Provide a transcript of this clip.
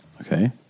okay